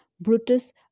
Brutus